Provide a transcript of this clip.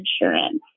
insurance